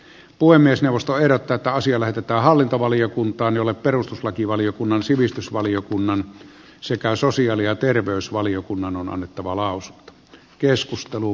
puhemiesneuvosto ehdottaa että asia lähetetään hallintovaliokuntaan jolle perustuslakivaliokunnan sivistysvaliokunnan sekä sosiaali ja terveysvaliokunnan on annettava lausunto